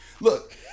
Look